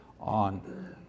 on